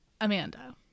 Amanda